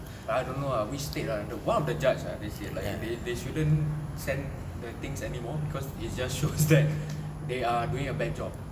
I don't know lah which state ah one of the judge lah they said they shouldn't send the things anymore because it just shows that they are doing a bad job